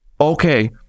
okay